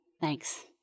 Thanks